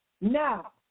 Now